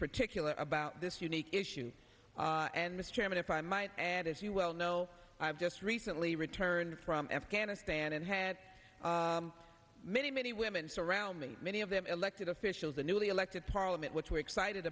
particular about this unique issue and mr chairman if i might add as you well know i've just recently returned from afghanistan and had many many women surround me many of them elected officials the newly elected parliament which we're excited